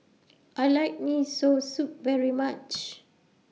I like Miso Soup very much